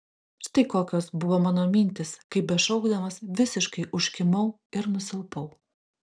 štai kokios buvo mano mintys kai bešaukdamas visiškai užkimau ir nusilpau